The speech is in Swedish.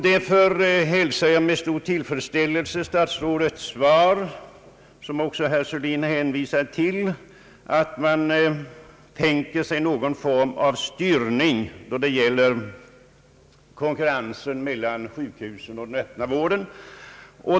Därför hälsar jag med stor tillfredsställelse statsrådets svar — som också herr Sörlin hänvisade till — att man tänker sig någon form av styrning då det gäller konkurrensen mellan sjukhusen och den öppna vården.